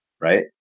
right